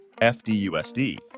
FDUSD